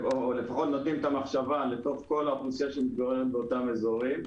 לפחות נותנים את המחשבה לכל האוכלוסייה שמתגוררת באותם אזורים.